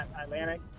Atlantic